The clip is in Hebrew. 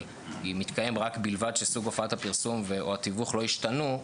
יתקיים ובלבד שסוג הופעת הפרסום או התיווך לא ישתנו.